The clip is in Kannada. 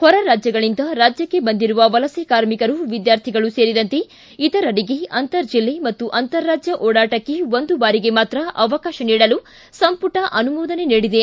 ಹೊರ ರಾಜ್ಯಗಳಿಂದ ರಾಜ್ಯಕ್ಷೆ ಬಂದಿರುವ ವಲಸೆ ಕಾರ್ಮಿಕರು ವಿದ್ಯಾರ್ಥಿಗಳು ಸೇರಿದಂತೆ ಇತರರಿಗೆ ಅಂತರ ಜಿಲ್ಲೆ ಮತ್ತು ಅಂತರ ರಾಜ್ಯ ಓಡಾಟಕ್ಕೆ ಒಂದು ಬಾರಿಗೆ ಮಾತ್ರ ಅವಕಾಶ ನೀಡಲು ಸಂಪುಟ ಅನುಮೋದನೆ ನೀಡಿದೆ